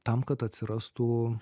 tam kad atsirastų